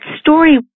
story